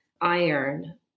iron